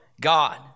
God